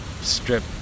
strip